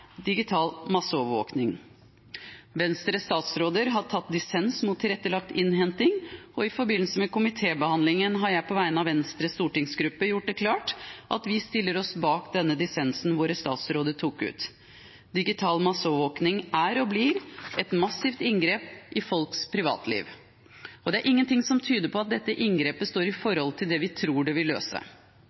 digital masseovervåkning. Venstres statsråder har tatt dissens mot tilrettelagt innhenting, og i forbindelse med komitébehandlingen har jeg på vegne av Venstres stortingsgruppe gjort det klart at vi stiller oss bak denne dissensen våre statsråder tok ut. Digital masseovervåkning er og blir et massivt inngrep i folks privatliv, og det er ingenting som tyder på at dette inngrepet står i forhold til det vi tror det vil løse.